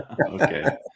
Okay